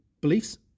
beliefs